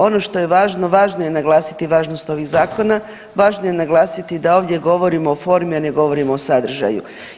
Ono što je važno, važno je naglasiti važnost ovih zakona, važno je naglasiti da ovdje govorimo o formi, a ne govorimo o sadržaju.